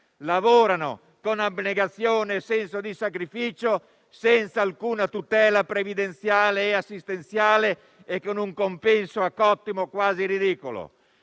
lavorano con abnegazione e senso di sacrificio, senza alcuna tutela previdenziale e assistenziale e con un compenso a cottimo quasi ridicolo.